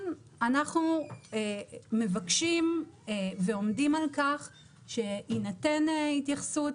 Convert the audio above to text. אנחנו מבקשים ועומדים על כך שתינתן התייחסות